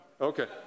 Okay